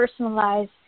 personalize